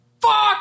Fuck